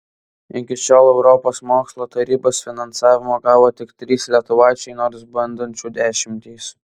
iki šiol europos mokslo tarybos finansavimą gavo tik trys lietuvaičiai nors bandančių dešimtys